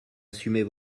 assumez